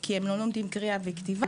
כי הם לא לומדים קריאה וכתיבה.